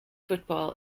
football